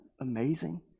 amazing